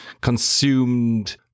consumed